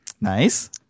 Nice